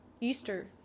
Easter